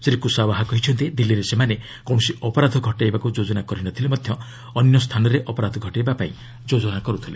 ଶ୍ରୀ କୁଶାଓ୍ୱା କହିଛନ୍ତି ଦିଲ୍ଲୀରେ ସେମାନେ କୌଣସି ଅପରାଧ ଘଟାଇବାକୁ ଯୋଜନା କରିନଥିଲେ ମଧ୍ୟ ଅନ୍ୟ ସ୍ଥାନରେ ଅପରାଧ ଘଟାଇବା ପାଇଁ ଯୋଜନା କରୁଥିଲେ